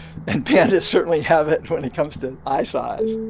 and pandas certainly have it when it comes to eye size